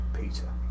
Peter